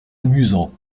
amusant